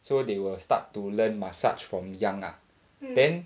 so they will start to learn massage from young ah then